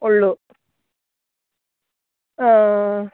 ഉള്ളു ആ